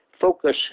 focus